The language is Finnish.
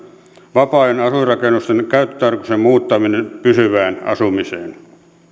vapaa ajanasuinrakennusten käyttötarkoituksen muuttamisesta pysyvään asumiseen